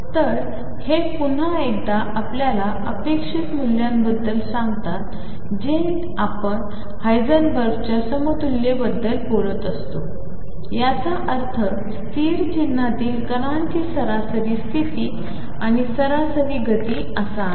तर हे पुन्हा एकदा आपल्याला अपेक्षित मूल्यांबद्दल सांगतात जे आपण हायझेनबर्गच्या समतुल्यतेबद्दल बोलत असतो याचा अर्थ स्तिर चिन्हातील कणांची सरासरी स्थिती आणि सरासरी गती असा आहे